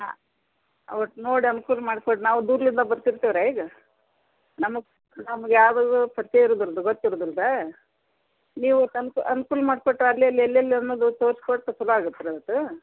ಹಾಂ ಒಟ್ಟು ನೋಡಿ ಅನುಕೂಲ ಮಾಡ್ಕೋಡು ನಾವು ದೂರ್ಲಿಂದ ಬರ್ತಿರ್ತೀವಿ ರೀ ಈಗ ನಮ್ಮ ನಮ್ಗೆ ಯಾವುದದು ಪರಿಚಯ ಇರದಿಲ್ದಾ ಗೊತ್ತು ಇರದಿಲ್ದಾ ನೀವು ತಂದು ಅನುಕೂಲ ಮಾಡ್ಕೋಟ್ರಾ ಅಲ್ಲೆಲ್ಲಿ ಎಲ್ಲೆಲ್ಲಿ ಅನ್ನೋದು ತೋರ್ಸಿಕೊಟ್ಟು ಚಲೋ ಆಗತ್ತೆ ರೀ ಮತ್ತು